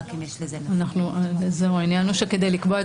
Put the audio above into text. אם יש לזה נפקות --- העניין הוא שכדי לקבוע את